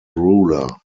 ruler